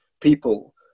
people